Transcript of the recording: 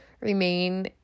remain